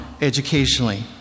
educationally